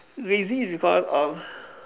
lazy is because uh